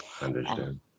understand